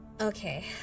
okay